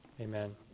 Amen